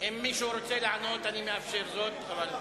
משרד לביטחון פנים, לא נתקבלה.